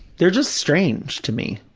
they're just strange to me.